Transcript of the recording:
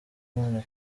none